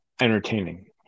entertaining